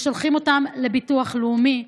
ושולחים אותם לביטוח לאומי.